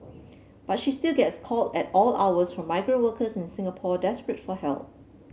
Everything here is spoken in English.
but she still gets call at all hours from migrant workers in Singapore desperate for help